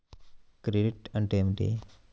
Credit అంటే ఏమిటి?